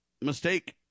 mistake